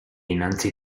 innanzi